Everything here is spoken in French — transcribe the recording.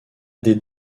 des